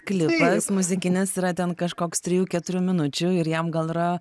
klipas muzikinis yra ten kažkoks trijų keturių minučių ir jam gal yra